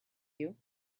you